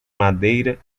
madeira